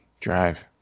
drive